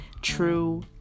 true